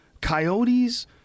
coyotes